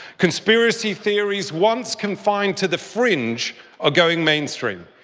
conspiracy theories once confined to the fringe are going mainstream.